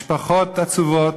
משפחות עצובות,